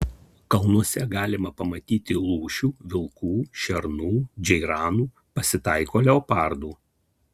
kalnuose galima pamatyti lūšių vilkų šernų džeiranų pasitaiko leopardų